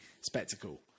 spectacle